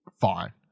fine